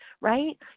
right